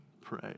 pray